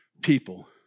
people